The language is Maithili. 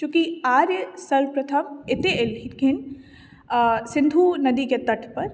चुँकि आर्य सर्वप्रथम एतय एलखिन आ सिन्धु नदीके तटपर